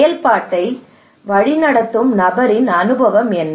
செயல்பாட்டை வழிநடத்தும் நபரின் அனுபவம் என்ன